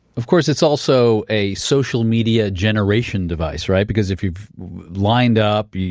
of course it's also a social media generation device, right? because if you've lined up, yeah